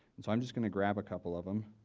and so i'm just going to grab a couple of them